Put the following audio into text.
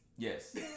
Yes